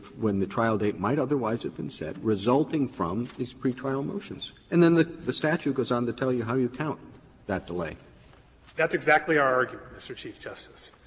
when the trial date might otherwise have been set, resulting from these pretrial motions, and then the the statute goes on to tell you how you count that delay. fisher that's exactly our argument, mr. chief justice.